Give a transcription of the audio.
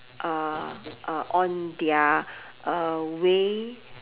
uh uh on their uh way